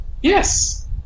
Yes